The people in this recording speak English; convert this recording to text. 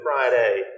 Friday